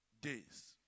days